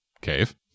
Cave